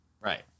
Right